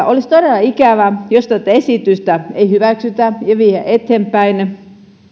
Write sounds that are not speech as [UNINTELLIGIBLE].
[UNINTELLIGIBLE] olisi todella ikävää jos tätä esitystä ei hyväksytä ja viedä eteenpäin